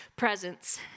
presence